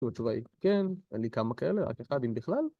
והתשובה היא "כן", אין לי כמה כאלה, רק אחד, אם בכלל.